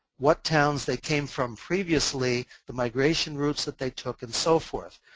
what towns they came from previously, the migration routes that they took and so forth.